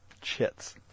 Chits